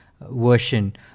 version